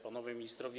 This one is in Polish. Panowie Ministrowie!